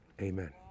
amen